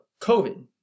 COVID